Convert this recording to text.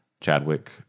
Chadwick